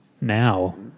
now